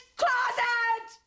closet